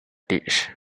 ditch